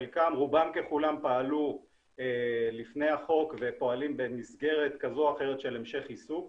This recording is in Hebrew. רובם ככולם פעלו לפני החוק ופועלים במסגרת כזו או אחרת של המשך עיסוק